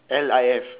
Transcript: L I F